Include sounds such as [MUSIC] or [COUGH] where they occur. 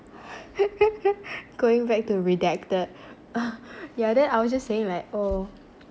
[LAUGHS] going back to redacted ugh yeah then I was just saying like oh